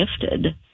gifted